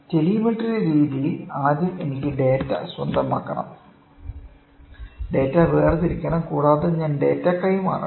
telemetry രീതിയിൽ ആദ്യം എനിക്ക് ഡാറ്റ സ്വന്തമാക്കണം ഡാറ്റ വേർതിരിക്കണം കൂടാതെ ഞാൻ ഡാറ്റ കൈമാറണം